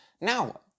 Now